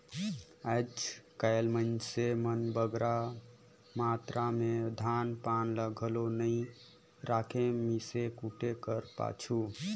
आएज काएल मइनसे मन बगरा मातरा में धान पान ल घलो नी राखें मीसे कूटे कर पाछू